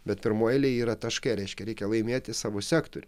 bet pirmoje eilėj yra taškai reiškia reikia laimėti savo sektorių